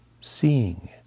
seeing